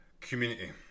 community